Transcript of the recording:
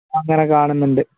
അങ്ങനെ കാണുന്നുണ്ട്